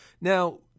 Now